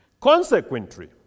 Consequently